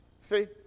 see